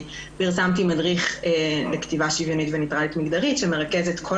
פרסמתי מדריך לכתיבה שוויונית וניטרלית-מגדרית שמרכז את כל